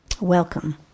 Welcome